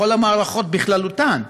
בכל המערכות בכללותן.